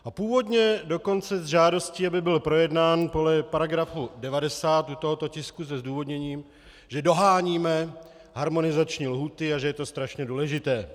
A původně dokonce s žádostí, aby byl projednán podle § 90 u tohoto tisku, se zdůvodněním, že doháníme harmonizační lhůty a že je to strašně důležité.